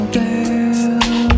girl